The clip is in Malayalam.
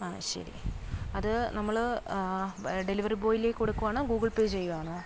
ആ ശരി അത് നമ്മൾ ഡെലിവറി ബോയിലേ കൊടുക്കുവാണോ ഗൂഗിൾ പേ ചെയ്യുവാണോ